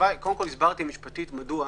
משפטית מדוע,